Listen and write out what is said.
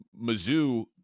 Mizzou